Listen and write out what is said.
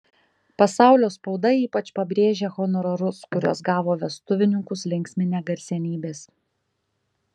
pasaulio spauda ypač pabrėžia honorarus kuriuos gavo vestuvininkus linksminę garsenybės